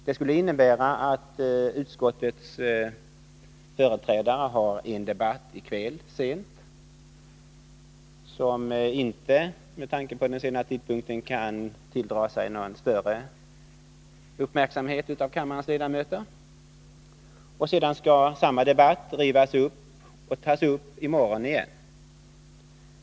Det skulle innebära att utskottets företrädare har en debatt sent i kväll som inte, med tanke på den sena tidpunkten, kan tilldra sig någon större uppmärksamhet från kammarens ledamöter, och sedan skall samma debatt tas upp i morgon igen.